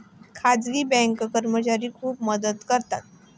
खाजगी बँक कर्मचारी खूप मदत करतात